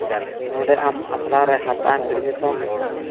ᱱᱚᱰᱮ ᱟᱢ ᱟᱥᱲᱟ ᱨᱮ ᱦᱟᱛᱟᱣᱮᱢ ᱮᱰᱢᱤᱥᱚᱱ